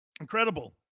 Incredible